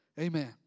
Amen